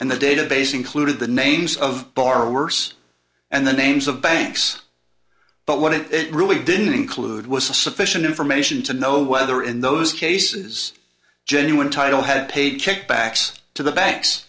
and the database included the names of far worse and the names of banks but what it really didn't include was a sufficient information to know whether in those cases genuine title had paid kickbacks to the banks